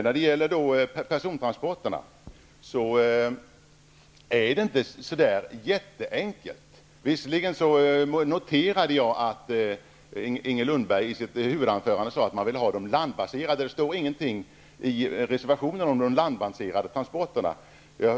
När det gäller persontransporterna är det inte så jätteenkelt. Visserligen noterade jag att Inger Socialdemokraterna vill ha dem landbaserade. Men det står ingenting i reservationerna om de landbaserade transporterna.